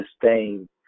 sustain